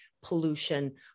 pollution